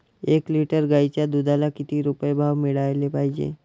एक लिटर गाईच्या दुधाला किती रुपये भाव मिळायले पाहिजे?